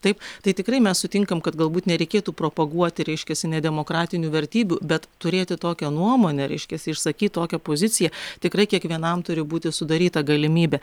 taip tai tikrai mes sutinkam kad galbūt nereikėtų propaguoti reiškiasi ne demokratinių vertybių bet turėti tokią nuomonę reiškiasi išsakyt tokią poziciją tikrai kiekvienam turi būti sudaryta galimybė